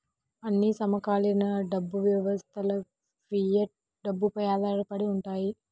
అన్ని సమకాలీన డబ్బు వ్యవస్థలుఫియట్ డబ్బుపై ఆధారపడి ఉంటాయి